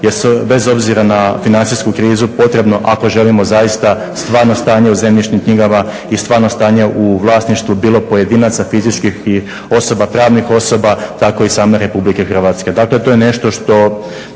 bez obzira na financijsku krizu potrebno ako želimo zaista stvarno stanje u zemljišnim knjigama i stvarno stanje u vlasništvu bilo pojedinaca, fizičkih i osoba, pravnih osoba tako i same Republike Hrvatske.